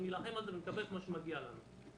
אנחנו נקבל את מה שמגיע לנו.